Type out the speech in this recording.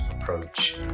approach